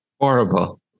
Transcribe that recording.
Horrible